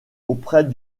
auprès